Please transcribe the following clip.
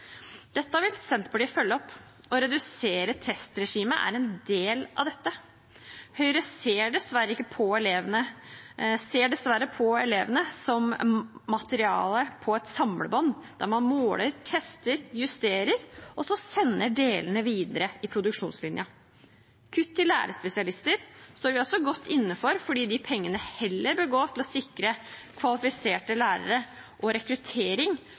redusere testregimet er en del av dette. Høyre ser dessverre på elevene som materiale på et samlebånd, der man måler, tester, justerer og sender delene videre i produksjonslinjen. Når det gjelder kutt i lærerspesialister, er vi også godt innenfor, fordi pengene heller bør gå til å sikre kvalifiserte lærere og rekruttering